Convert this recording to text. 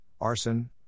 arson